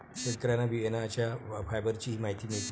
शेतकऱ्यांना बियाण्यांच्या फायबरचीही माहिती आहे